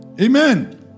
Amen